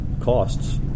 costs